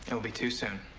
it'll be too soon.